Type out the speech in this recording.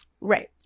Right